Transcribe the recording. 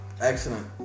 Excellent